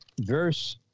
verse